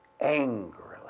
angrily